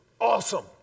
awesome